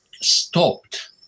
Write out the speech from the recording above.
stopped